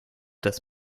das